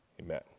Amen